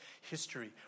history